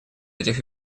этих